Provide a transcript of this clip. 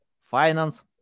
finance